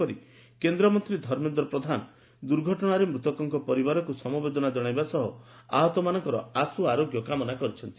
ସେହିପରି କେନ୍ଦ୍ରମନ୍ତୀ ଧର୍ମେନ୍ଦ୍ର ପ୍ରଧାନ ଦୁର୍ଘଟଶାରେ ମୃତକଙ୍ଙ ପରିବାରକୁ ସମବେଦନା ଜଶାଇବା ସହ ଆହତମାନଙ୍କ ଆଶୁ ଆରୋଗ୍ୟ କାମନା କରିଛନ୍ତି